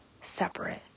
separate